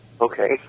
Okay